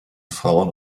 frauen